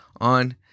on